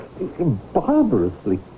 barbarously